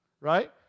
right